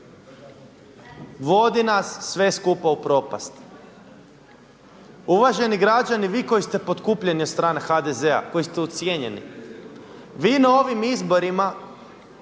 Vodi nas sve skupa u propast. Uvaženi građani, vi koji ste potkupljeni od strane HDZ-a, koji ste ucijenjeni, vi na ovim izborima